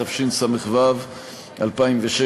התשס"ו 2006,